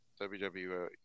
WWE